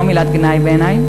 לא מילת גנאי בעיני,